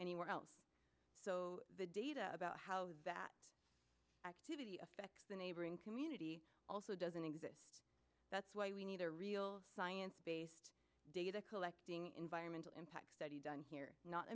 anywhere else so the data about how that affects the neighboring community also doesn't exist that's why we need a real science based data collecting environmental impact study done here not